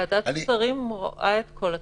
ועדת השרים רואה את כל התמונה.